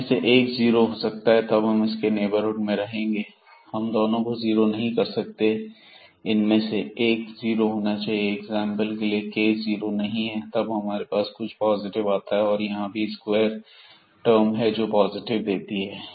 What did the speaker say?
इनमें से एक जीरो हो सकता है हम तब भी इसके नेबरहुड में रहेंगे हम दोनों को जीरो नहीं कर सकते इनमें से एक 0 होना चाहिए एग्जांपल के लिए k जीरो नहीं है तब हमारे पास कुछ पॉजिटिव आता है और यहां भी स्क्वायर टाइम है जो पॉजिटिव देती है